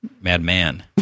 Madman